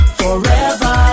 forever